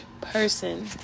person